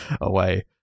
away